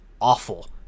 awful